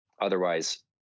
Otherwise